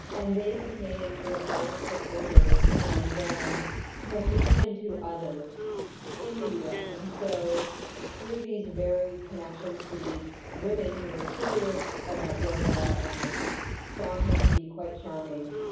and they became sort of ardent supporters, and then connected him to others in the us. and so through these varied connections to these women who were curious about yoga and found him to be quite charming,